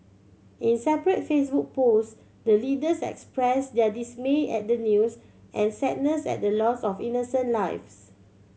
in separate Facebook posts the leaders expressed their dismay at the news and sadness at the loss of innocent lives